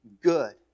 good